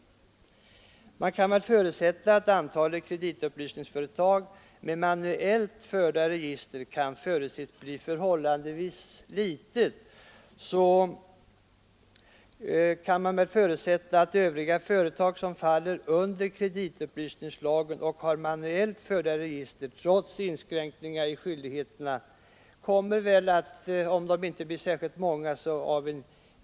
Även om man kan anta att antalet kreditupplysningsföretag med manuellt förda register blir förhållandevis litet, så kan man förutsätta att övriga företag som faller under kreditupplysningslagen och har manuellt förda register trots inskränkningar i skyldigheterna ändå kommer att bli ganska många.